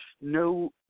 no